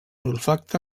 olfacte